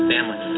Family